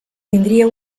tindria